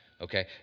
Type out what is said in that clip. Okay